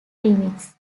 remix